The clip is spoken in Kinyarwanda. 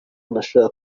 nashakaga